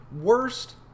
worst